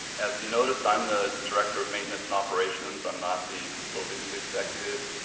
as you noticed, i'm the director of maintenance and operations. i'm not the facilities executive.